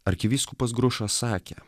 arkivyskupas grušas sakė